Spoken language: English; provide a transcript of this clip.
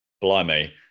Blimey